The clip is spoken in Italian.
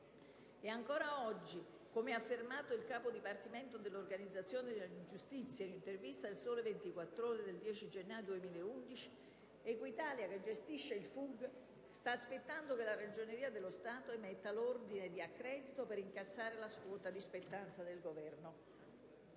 ma ancora oggi - come ha affermato il Capo dipartimento dell'organizzazione della giustizia in un'intervista al «Sole-24 ore» del 10 gennaio 2011 - Equitalia, che gestisce il Fug, sta aspettando che la Ragioneria dello Stato emetta l'ordine di accredito per incassare la quota di spettanza della